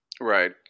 Right